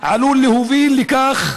עלול להוביל לכך